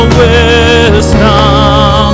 wisdom